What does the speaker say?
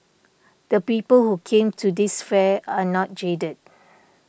the people who came to this fair are not jaded